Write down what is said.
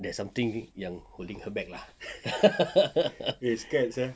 that something yang holding her back ah